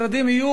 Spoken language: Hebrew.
אדוני היושב-ראש,